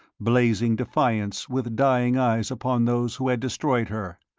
blazing defiance with dying eyes upon those who had destroyed her,